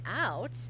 out